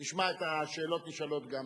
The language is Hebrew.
נשמע את השאלות נשאלות גם לצורך,